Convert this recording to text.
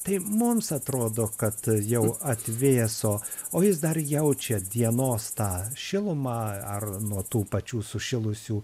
tai mums atrodo kad jau atvėso o jis dar jaučia dienos tą šilumą ar nuo tų pačių sušilusių